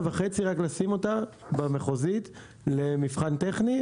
וחצי רק לשים אותה במחוזית למבחן טכני,